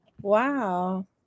Wow